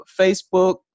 Facebook